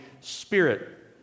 Spirit